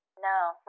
no